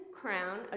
crown